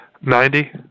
Ninety